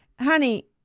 honey